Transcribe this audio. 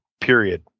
period